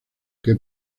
que